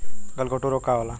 गलघोटू रोग का होला?